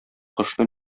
кошны